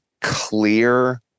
clear